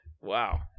wow